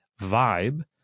vibe